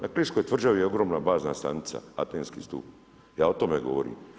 Na Kninskoj tvrđavi je ogromna bazna stanica, antenski stup, ja o tome govorim.